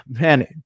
man